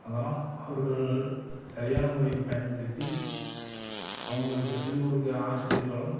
அதெலாம் அவர்கள் சரியான முறையில் பயன்படுத்தி அவங்களுக்கு சொல்லிக்கொடுக்க ஆசிரியர்களும்